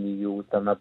jų tame